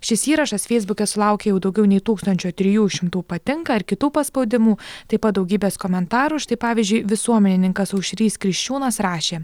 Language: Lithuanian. šis įrašas feisbuke sulaukė jau daugiau nei tūkstančio trijų šimtų patinka ir kitų paspaudimų taip pat daugybės komentarų štai pavyzdžiui visuomenininkas aušrys kriščiūnas rašė